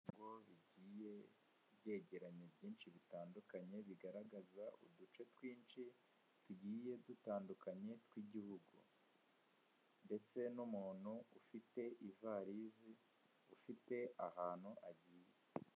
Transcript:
Ibyapa bigiye byegeranye byinshi bitandukanye, bigaragaza uduce twinshi tugiye dutandukanye tw'igihugu, ndetse n'umuntu ufite ivarisi ufite ahantu agiye.